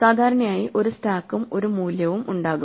സാധാരണയായി ഒരു സ്റ്റാക്കും ഒരു മൂല്യവും ഉണ്ടാകും